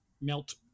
melt